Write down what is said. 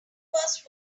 first